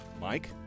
mike